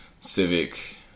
civic